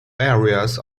areas